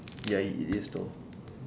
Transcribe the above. ya i~ it is though